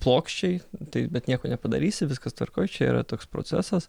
plokščiai tai bet nieko nepadarysi viskas tvarkoj čia yra toks procesas